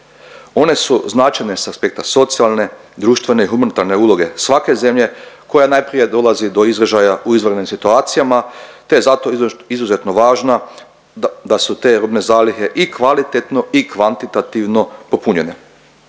One su značajne s aspekta socijalne, društvene i humanitarne uloge svake zemlje koja najprije dolazi do izražaja u izvanrednim situacijama te je zato izuzetno važna da su te robne zalihe i kvalitetno i kvantitativno popunjene.